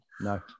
No